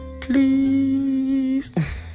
please